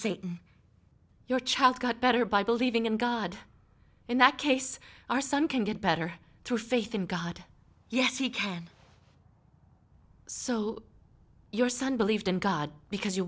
see your child got better by believing in god in that case our son can get better through faith in god yes he can so your son believed in god because you